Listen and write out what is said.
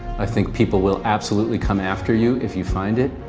i think people will absolutely come after you if you find it,